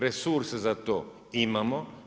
Resurse za to imamo.